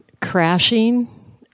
crashing